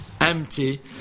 empty